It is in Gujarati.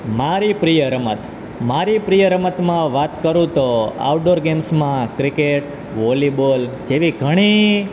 મારી પ્રિય રમત મારી પ્રિય રમતમાં વાત કરું તો આઉટ ડોર ગેમ્સમાં ક્રિકેટ વોલીબોલ જેવી ઘણી